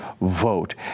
vote